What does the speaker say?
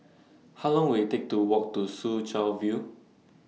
How Long Will IT Take to Walk to Soo Chow View